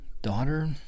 Daughter